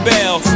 Bell